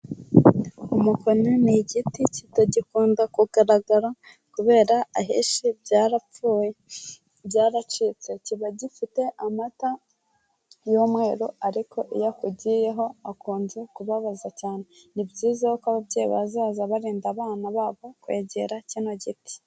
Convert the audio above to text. Umukoni ni igiti kitagikunda kugaragara kubera ahenshi byarapfuye byaracitse, kiba gifite amata y'umweru ariko iyo akugiyeho akunze kubabaza cyane. Ni byiza yuko ababyeyi bazaza barinda abana babo kwegera kino giti.